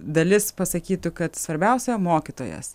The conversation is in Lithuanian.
dalis pasakytų kad svarbiausia mokytojas